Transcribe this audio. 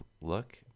look